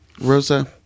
Rosa